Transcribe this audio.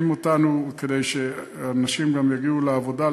אותנו כדי שהאנשים גם יגיעו לעבודה,